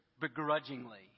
begrudgingly